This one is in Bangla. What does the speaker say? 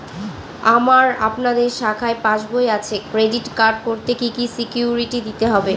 আমার আপনাদের শাখায় পাসবই আছে ক্রেডিট কার্ড করতে কি কি সিকিউরিটি দিতে হবে?